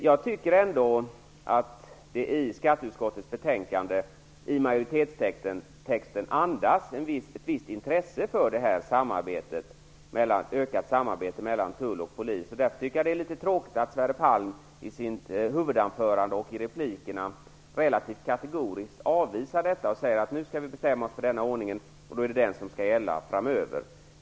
Jag tycker ändå att det i majoritetstexten i skatteutskottets betänkande andas ett visst intresse för ett ökat samarbete mellan tull och polis. Därför är det litet tråkigt att Sverre Palm i sitt huvudanförande och i replikerna relativt kategoriskt avvisar vårt förslag. Han säger att vi nu skall bestämma oss för denna ordning och att det är den som skall gälla framöver.